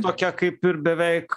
tokia kaip ir beveik